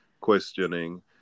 questioning